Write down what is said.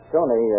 Tony